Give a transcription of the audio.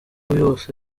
yose